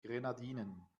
grenadinen